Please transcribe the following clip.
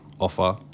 offer